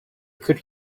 could